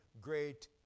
great